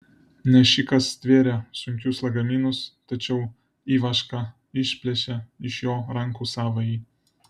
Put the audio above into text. nešikas stvėrė sunkius lagaminus tačiau ivaška išplėšė iš jo rankų savąjį